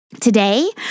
Today